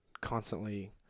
constantly